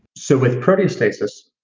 so, with proteostasis,